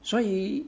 所以